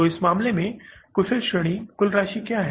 तो इस मामले में कुशल श्रेणी कुल राशि क्या है